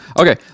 Okay